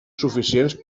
suficients